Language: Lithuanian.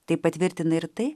tai patvirtina ir tai